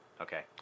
Okay